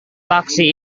taksi